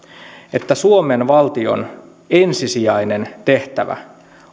että suomen valtion ensisijainen tehtävä